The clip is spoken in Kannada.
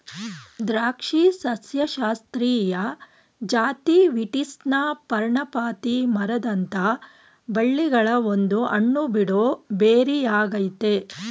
ದ್ರಾಕ್ಷಿ ಸಸ್ಯಶಾಸ್ತ್ರೀಯ ಜಾತಿ ವೀಟಿಸ್ನ ಪರ್ಣಪಾತಿ ಮರದಂಥ ಬಳ್ಳಿಗಳ ಒಂದು ಹಣ್ಣುಬಿಡೋ ಬೆರಿಯಾಗಯ್ತೆ